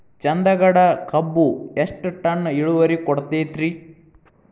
ಚಂದಗಡ ಕಬ್ಬು ಎಷ್ಟ ಟನ್ ಇಳುವರಿ ಕೊಡತೇತ್ರಿ?